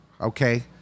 Okay